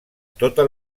tota